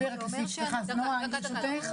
או אומרים להם לתת יותר.